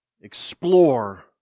explore